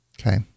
okay